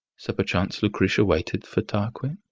so, perchance, lucretia waited for tarquin.